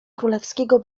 królewskiego